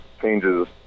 changes